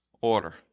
order